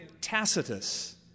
Tacitus